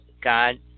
God